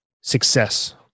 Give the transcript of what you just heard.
Success